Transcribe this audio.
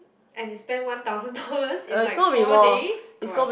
and you spend one thousand dollars in like four days gosh